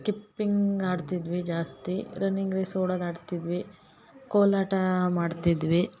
skipping ಆಡ್ತಿದ್ವಿ ಜಾಸ್ತಿ running race ಒಳಗೆ ಆಡ್ತಿದ್ವಿ ಕೋಲಾಟ ಮಾಡ್ತಿದ್ವಿ